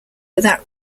without